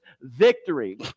victory